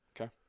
okay